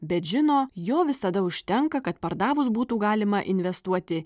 bet žino jo visada užtenka kad pardavus būtų galima investuoti